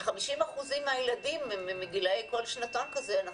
ו-50% מהילדים מגילאי כל שנתון כזה הם